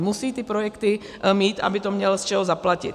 Musí ty projekty mít, aby to měl z čeho zaplatit.